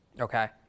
Okay